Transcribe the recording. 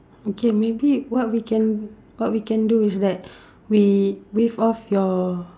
okay maybe what we can what we can do is that we waive off your